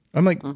i'm like,